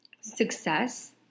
success